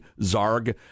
zarg